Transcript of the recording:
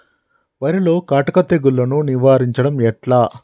వరిలో కాటుక తెగుళ్లను నివారించడం ఎట్లా?